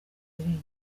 irengero